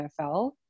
NFL